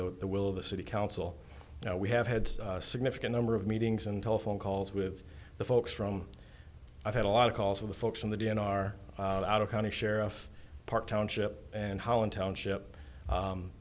the will of the city council now we have had significant number of meetings and telephone calls with the folks from i've had a lot of calls of the folks from the d n r out of county sheriff park township and how in township